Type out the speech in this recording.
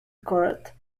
court